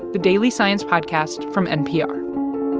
the daily science podcast from npr